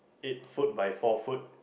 eight foot by four foot